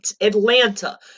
Atlanta